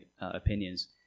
opinions